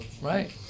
Right